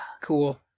Cool